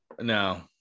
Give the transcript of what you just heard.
No